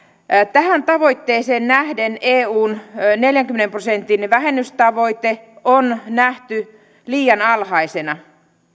tähän tavoitteeseen nähden eun neljänkymmenen prosentin vähennystavoite on nähty liian alhaisena